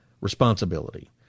Responsibility